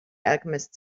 alchemist